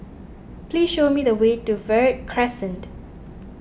please show me the way to Verde Crescent